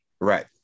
Right